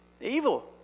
evil